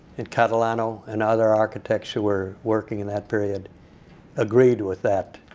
and catalano, and other architects who were working in that period agreed with that.